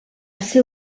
ser